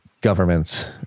governments